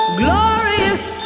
glorious